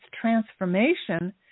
transformation